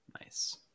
Nice